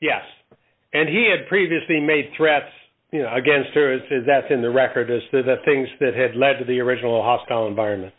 yes and he had previously made threats against her is that in the record as to the things that had led to the original hostile environment